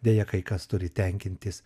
deja kai kas turi tenkintis